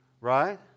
Right